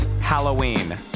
Halloween